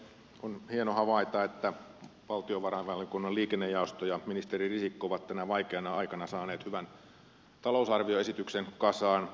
on hieno havaita että valtiovarainvaliokunnan liikennejaosto ja ministeri risikko ovat tänä vaikeana aikana saaneet hyvän talousarvioesityksen kasaan